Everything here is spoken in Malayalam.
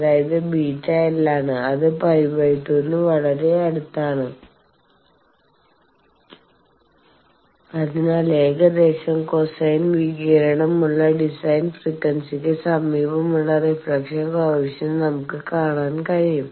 അതായത് βl ആണ് അത് π 2 ന് വളരെ അടുത്താണ് അതിനാൽ ഏകദേശം കോസൈൻ വികിരണം ഉള്ള ഡിസൈൻ ഫ്രീക്വൻസിക്ക് സമീപമുള്ള റിഫ്ലക്ഷൻ കോയെഫിഷ്യന്റ് നമുക്ക് കാണാൻ കഴിയും